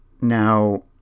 Now